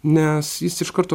nes jis iš karto